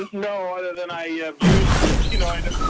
like no, other than i yeah used to you know, and